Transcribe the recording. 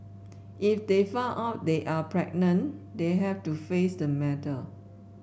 if they find out they are pregnant they have to face the matter